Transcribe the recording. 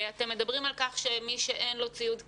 אתם מדברים על כך שמי שאין לו ציוד קצה,